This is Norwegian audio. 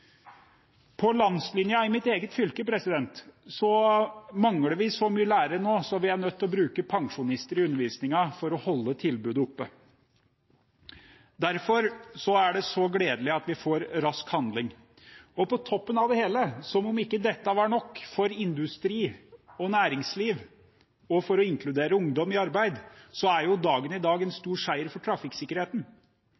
På landslinjen i mitt eget fylke mangler vi så mange lærere nå at vi er nødt til å bruke pensjonister i undervisningen for å holde tilbudet oppe. Derfor er det så gledelig at vi får rask handling. På toppen av det hele – som om ikke dette var nok for industri og næringsliv og for å inkludere ungdom i arbeid – er dagen i dag en